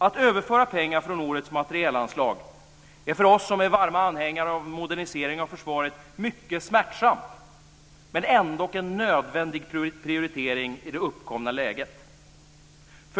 Att överföra pengar från årets materielanslag är för oss som är varma anhängare av en modernisering av försvaret mycket smärtsamt men ändå en nödvändig prioritering i det uppkomna läget.